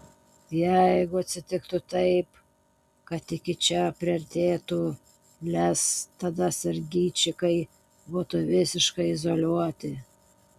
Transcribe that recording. jeigu atsitiktų taip kad iki čia priartėtų lez tada sergeičikai būtų visiškai izoliuoti